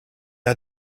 are